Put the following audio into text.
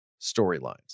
storylines